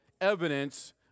evidence